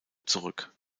zurück